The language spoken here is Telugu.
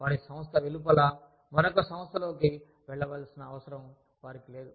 వారి సంస్థ వెలుపల మరొక సంస్థలోకి వెళ్ళవలసిన అవసరం వారికి లేదు